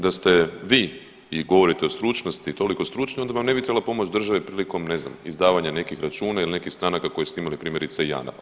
Da ste vi i govorite o stručnosti, toliko stručni, onda vam ne bi trebala pomoć države prilikom ne znam, izdavanja nekih računa ili nekih stranaka koje ste imali, primjerice JANAF.